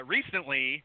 Recently